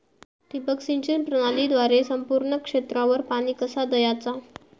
ठिबक सिंचन प्रणालीद्वारे संपूर्ण क्षेत्रावर पाणी कसा दयाचा?